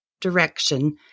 direction